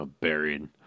buried